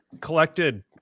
collected